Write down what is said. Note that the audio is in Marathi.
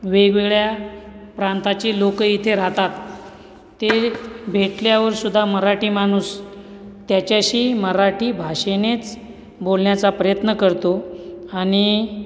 वेगवेगळ्या प्रांताची लोकं इथे राहतात ते भेटल्यावरसुद्धा मराठी माणूस त्याच्याशी मराठी भाषेनेच बोलण्याचा प्रयत्न करतो आणि